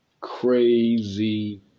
Crazy